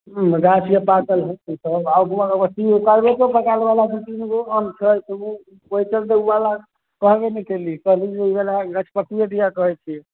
गाछके पाकल हइ ईसब आओर ओसब कार्बेटो पकाएलवला दुइ तीनगो आम छै तऽ ओहि चलते ओ कहबे नहि कएली कहली ओहिलए गछपक्कुए दिए कहै छिए